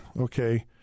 okay